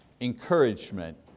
encouragement